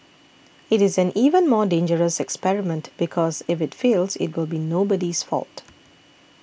it is an even more dangerous experiment because if it fails it will be nobody's fault